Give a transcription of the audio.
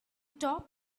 top